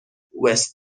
west